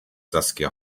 saskia